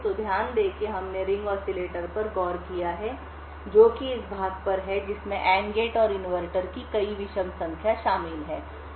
तो ध्यान दें कि हमने रिंग ऑसिलेटर पर गौर किया है जो कि इस भाग पर है जिसमें एंड गेट और इनवर्टर की कई विषम संख्या शामिल है